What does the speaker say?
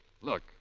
Look